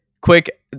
quick